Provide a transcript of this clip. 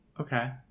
okay